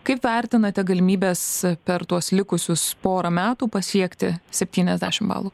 kaip vertinate galimybes per tuos likusius porą metų pasiekti septyniasdešim balų